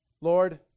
Lord